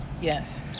Yes